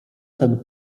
ten